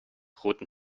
roten